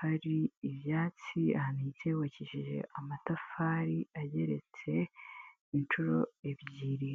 hari ibyatsi ahanitse, yubakishije amatafari ageretse inshuro ebyiri.